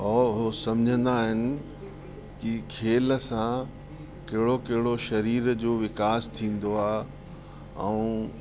ऐं हो सम्झंदा आहिनि की खेल सां कहिड़ो कहिड़ो शरीर जो विकास थींदो आहे ऐं